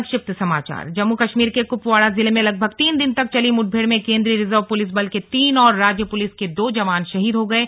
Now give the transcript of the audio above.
संक्षिप्त समाचार जम्मू कश्मीर के कृपवाड़ा जिले में लगभग तीन दिन तक चली मुठभेड़ में केन्द्रीय रिजर्व पुलिस बल के तीन और राज्य पुलिस के दो जवान शहीद हो गये